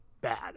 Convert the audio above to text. bad